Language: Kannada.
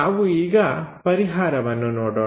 ನಾವು ಈಗ ಪರಿಹಾರವನ್ನು ನೋಡೋಣ